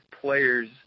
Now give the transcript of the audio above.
players